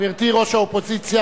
גברתי ראש האופוזיציה,